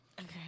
Okay